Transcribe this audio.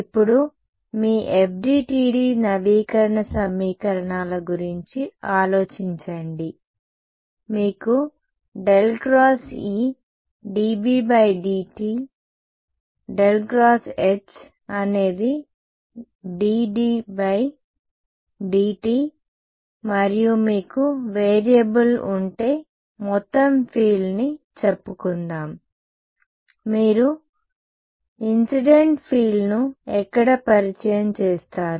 ఇప్పుడు మీ FDTD నవీకరణ సమీకరణాల గురించి ఆలోచించండి మీకు ∇× E dBdt ∇× H అనేది dDdt మరియు మీకు వేరియబుల్ ఉంటే మొత్తం ఫీల్డ్ని చెప్పుకుందాం మీరు ఇన్సిడెంట్ ఫీల్డ్ను ఎక్కడ పరిచయం చేస్తారు